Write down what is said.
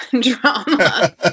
drama